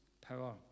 power